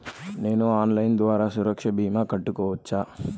నేను ఆన్లైన్ ద్వారా సురక్ష భీమా కట్టుకోవచ్చా?